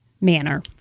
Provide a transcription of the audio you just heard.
manner